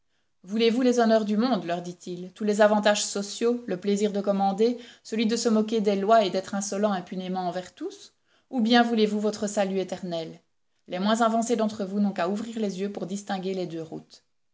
voulez-vous les honneurs du monde leur dit-il tous les avantages sociaux le plaisir de commander celui de se moquer des lois et d'être insolent impunément envers tous ou bien voulez-vous votre salut éternel les moins avancés d'entre vous n'ont qu'à ouvrir les yeux pour distinguer les deux routes